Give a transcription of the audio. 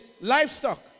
livestock